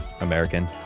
American